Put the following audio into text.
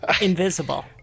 invisible